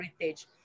heritage